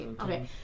Okay